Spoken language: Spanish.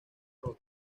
roque